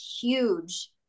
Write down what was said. huge